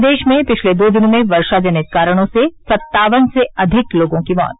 प्रदेश में पिछले दो दिनों में वर्षा जनित कारणों से सत्तावन से अधिक लोगों की मौत